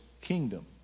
kingdom